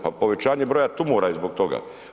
Pa povećanje broja tumora je zbog toga.